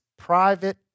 private